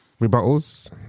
rebuttals